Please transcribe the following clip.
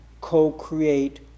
co-create